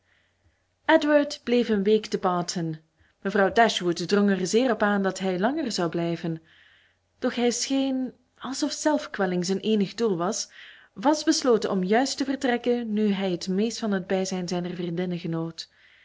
edward bleef een week te barton mevrouw dashwood drong er zeer op aan dat hij langer zou blijven doch hij scheen alsof zelfkwelling zijn eenig doel was vast besloten om juist te vertrekken nu hij het meest van het bijzijn zijner vriendinnen genoot